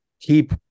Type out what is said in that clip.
keep